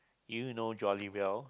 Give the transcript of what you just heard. you know jolly well